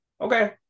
Okay